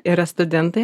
yra studentai